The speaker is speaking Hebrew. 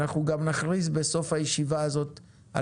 אנחנו גם נכריז בסוף הישיבה הזו על